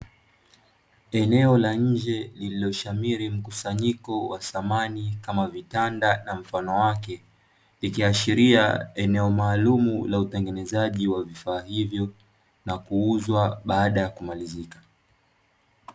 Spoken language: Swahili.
Eneo la nje lililoshamiri mkusanyiko wa samani kama vitanda na mfano wake, ikiashiria eneo maalumu la utengenezaji wa vifaa hivyo na kuuzwa baada ya kumalizika.